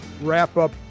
wrap-up